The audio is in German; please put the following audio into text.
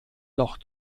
noch